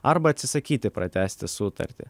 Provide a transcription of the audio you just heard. arba atsisakyti pratęsti sutartį